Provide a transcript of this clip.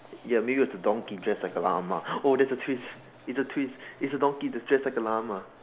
ya maybe it was a donkey dressed like a llama oh that's a twist it's a twist it's a donkey that's dressed like a llama